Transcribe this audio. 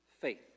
faith